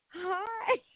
Hi